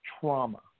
trauma